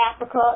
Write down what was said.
Africa